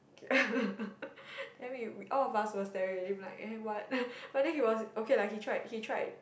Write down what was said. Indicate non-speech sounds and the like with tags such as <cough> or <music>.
<laughs> then we we all of us were staring at him like eh what but then he was okay lah he tried he tried